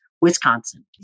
Wisconsin